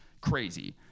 crazy